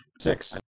Six